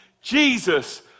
Jesus